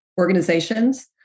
organizations